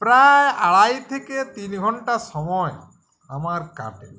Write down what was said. প্রায় আড়াই থেকে তিন ঘণ্টা সময় আমার কাটে